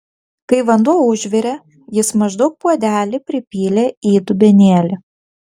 kai vanduo užvirė jis maždaug puodelį pripylė į dubenėlį